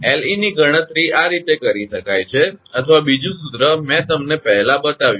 તેથી 𝐿𝑒 ની ગણતરી આ રીતે કરી શકાય છે અથવા બીજું સૂત્ર મેં તમને પહેલા બતાવ્યું હતું